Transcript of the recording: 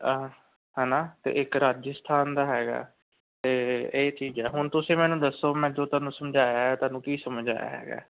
ਹੈ ਨਾ ਅਤੇ ਇੱਕ ਰਾਜਸਥਾਨ ਦਾ ਹੈਗਾ ਅਤੇ ਇਹ ਚੀਜ਼ਾਂ ਹੁਣ ਤੁਸੀਂ ਮੈਨੂੰ ਦੱਸੋ ਮੈ ਜੋ ਤੁਹਾਨੂੰ ਸਮਝਾਇਆ ਤੁਹਾਨੂੰ ਕੀ ਸਮਝ ਆਇਆ ਹੈਗਾ